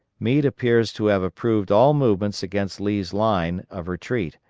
meade appears to have disapproved all movements against lee's line of retreat,